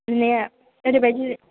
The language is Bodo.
माने ओरैबायदि